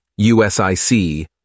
USIC